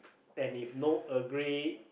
and if no Earl Grey